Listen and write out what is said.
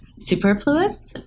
superfluous